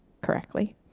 correctly